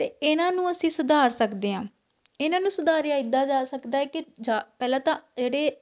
ਅਤੇ ਇਹਨਾਂ ਨੂੰ ਅਸੀਂ ਸੁਧਾਰ ਸਕਦੇ ਹਾਂ ਇਹਨਾਂ ਨੂੰ ਸੁਧਾਰਿਆਂ ਇੱਦਾਂ ਜਾ ਸਕਦਾ ਹੈ ਕਿ ਜਾਂ ਪਹਿਲਾਂ ਤਾਂ ਜਿਹੜੇ